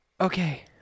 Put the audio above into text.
okay